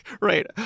right